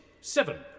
seven